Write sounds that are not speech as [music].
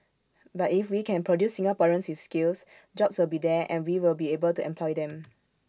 but if we can produce Singaporeans with skills jobs will be there and we will be able to employ them [noise]